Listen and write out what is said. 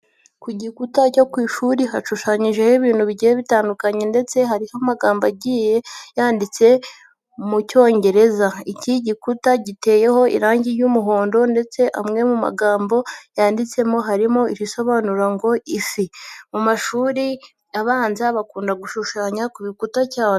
Ku gikuta cyo ku ishuri hashushanyijeho ibintu bigiye bitandukanye ndetse hariho amagambo agaiye yanditse mu cyon5gereza. Iki gukuta giteyeho irangi ry'umuhondo ndetse amwe mu magambo yanditseho harimo irisobanura ngo ifi. Mu mashuri abanza bakunda gushanya ku bikuta cyane.